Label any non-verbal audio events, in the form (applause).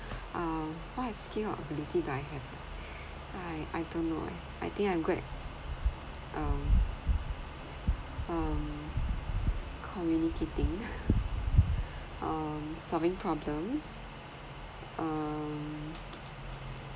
uh what skill or ability do I have ah I I don't know eh I think I'm good at um um communicating (laughs) um solving problems um